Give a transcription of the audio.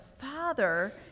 father